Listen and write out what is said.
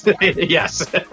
yes